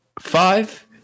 five